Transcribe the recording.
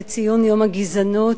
בציון היום לביטול הגזענות,